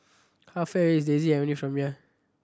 how far is Daisy Avenue from here